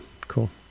cool